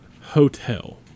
Hotel